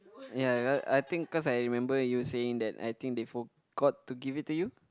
ya I I think cause I remember you saying that I think they forgot to give it to you